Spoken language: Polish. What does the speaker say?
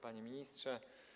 Panie Ministrze!